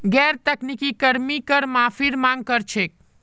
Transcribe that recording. गैर तकनीकी कर्मी कर माफीर मांग कर छेक